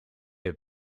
have